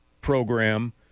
program